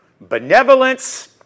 benevolence